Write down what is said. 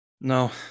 No